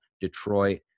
Detroit